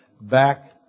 back